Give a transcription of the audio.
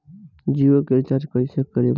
जियो के रीचार्ज कैसे करेम?